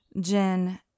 Jen